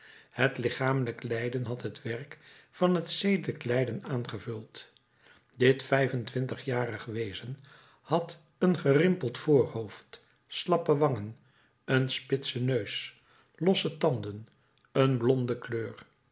het lichamelijk lijden had het werk van het zedelijk lijden aangevuld dit vijf en twintigjarig wezen had een gerimpeld voorhoofd slappe wangen een spitsen neus losse tanden een blonde kleur